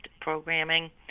programming